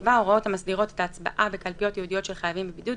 יקבע הוראות המסדירות את ההצבעה בקלפיות ייעודיות של חייבים בבידוד,